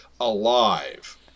alive